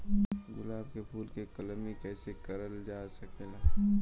गुलाब क फूल के कलमी कैसे करल जा सकेला?